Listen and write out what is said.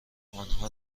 آنها